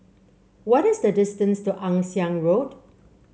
what is the distance to Ann Siang Road